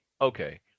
okay